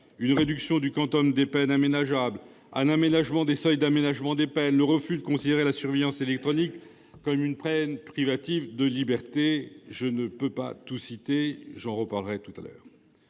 une réduction du quantum des peines aménageables, un abaissement des seuils d'aménagement des peines, le refus de considérer la surveillance électronique comme une peine privative de liberté ... La liste n'est pas exhaustive, j'y reviendrai. Pour permettre